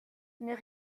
mais